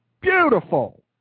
beautiful